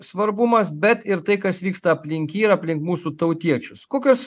svarbumas bet ir tai kas vyksta aplink jį ir aplink mūsų tautiečius kokios